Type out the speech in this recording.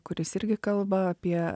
kuris irgi kalba apie